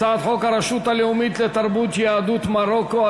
הצעת חוק הרשות הלאומית לתרבות יהדות מרוקו,